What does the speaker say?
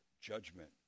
judgment